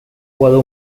jugado